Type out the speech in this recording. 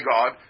God